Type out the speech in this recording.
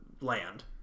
land